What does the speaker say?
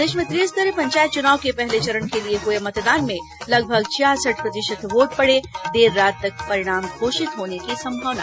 प्रदेश में त्रिस्तरीय पंचायत चुनाव के पहले चरण के लिए हुए मतदान में लगभग छियासठ प्रतिशत वोट पड़े देर रात तक परिणाम घोषित होने की संभावना